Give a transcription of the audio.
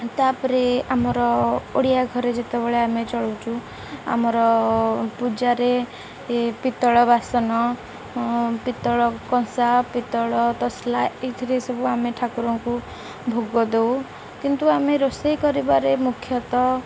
ତା'ପରେ ଆମର ଓଡ଼ିଆ ଘରେ ଯେତେବେଳେ ଆମେ ଚଳୁଛୁ ଆମର ପୂଜାରେ ପିତ୍ତଳ ବାସନ ପିତ୍ତଳ କଂସା ପିତ୍ତଳ ତସଲା ଏଇଥିରେ ସବୁ ଆମେ ଠାକୁରଙ୍କୁ ଭୋଗ ଦେଉ କିନ୍ତୁ ଆମେ ରୋଷେଇ କରିବାରେ ମୁଖ୍ୟତଃ